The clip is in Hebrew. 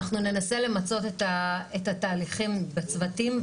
אנחנו ננסה למצות את התהליכים בצוותים,